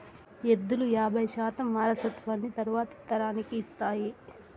ఎద్దులు యాబై శాతం వారసత్వాన్ని తరువాతి తరానికి ఇస్తాయి